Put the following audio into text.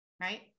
right